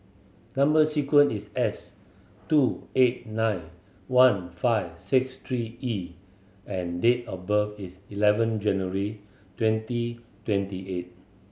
number sequence is S two eight nine one five six three E and date of birth is eleven January twenty twenty eight